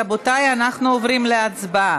רבותיי, אנחנו עוברים להצבעה.